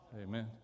Amen